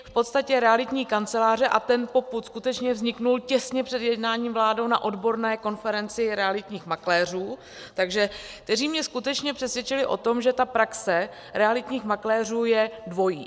V podstatě realitní kanceláře, a ten popud skutečně vznikl těsně před jednáním vlády na odborné konferenci realitních makléřů, kteří mě skutečně přesvědčili o tom, že ta praxe realitních makléřů je dvojí.